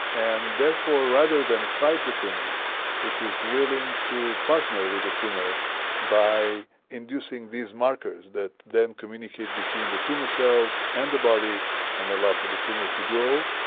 and therefore rather than fight the tumour it is willing to partner with the tumour by inducing these markers that then communicate between the tumour cells and the body and allow for the tumour to grow,